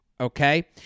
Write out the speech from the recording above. okay